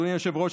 אדוני היושב-ראש,